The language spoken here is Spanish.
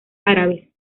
árabes